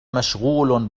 مشغول